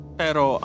pero